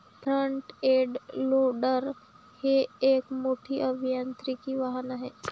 front end loader हे एक मोठे अभियांत्रिकी वाहन आहे